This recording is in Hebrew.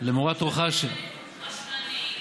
למורת רוחה של, רשלנית.